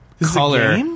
color